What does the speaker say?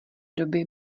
doby